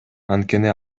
анткени